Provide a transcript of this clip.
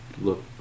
look